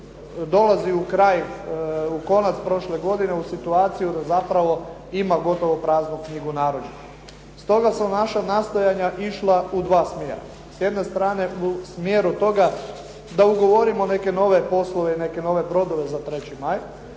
kraj, u konac prošle godine u situaciju da zapravo ima praznu knjigu narudžbi. Stoga su naša nastojanja išla u dva smjera. S jedne strane u smjeru toga da ugovorimo neke nove poslove i neke nove brodove za "3. maj".